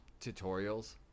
tutorials